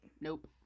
Nope